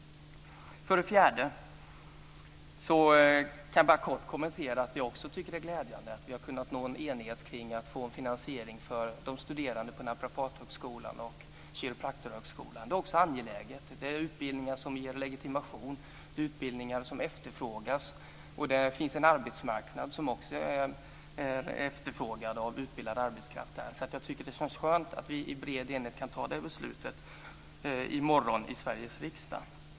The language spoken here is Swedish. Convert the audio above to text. För det fjärde kan jag kort kommentera att det är glädjande att vi har kunnat nå enighet kring en finansiering för de studerande på Naprapathögskolan och Kiropraktorhögskolan. Det är också angeläget. Det är utbildningar som ger legitimation och efterfrågas. Det finns en efterfrågan på utbildad arbetskraft. Det känns skönt att vi kan fatta det beslutet i bred enighet i morgon i Sveriges riksdag.